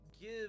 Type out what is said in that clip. give